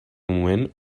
moment